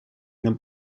нам